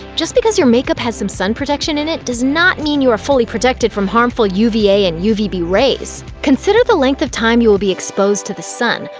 just because your makeup has some sun protection in it does not mean you are fully protected from harmful uva and uvb rays. consider the length of time you will be exposed to the sun.